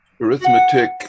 arithmetic